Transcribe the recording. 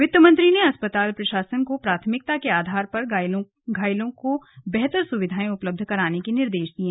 वित्त मंत्री ने अस्पताल प्रशासन को प्राथमिकता के आधार पर घायलों को बेहतर सुविधाए उपलब्ध कराने के निर्देश दिये